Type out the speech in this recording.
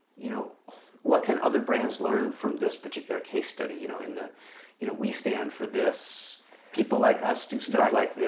you know what can other brands learn from this particular case study, you know in the you know we stand for this people like us do stuff like this.